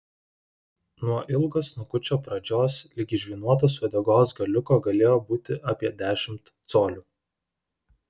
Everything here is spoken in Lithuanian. nuo ilgo snukučio pradžios ligi žvynuotos uodegos galiuko galėjo būti apie dešimt colių